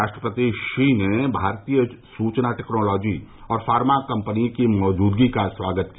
राष्ट्रपति शी ने भारतीय सूचना टेक्नोलॉजी और फार्मा कंपनी की मौजूदगी का स्वागत किया